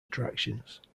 attractions